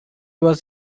was